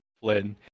flynn